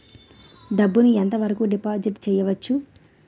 డబ్బు ను ఎంత వరకు డిపాజిట్ చేయవచ్చు?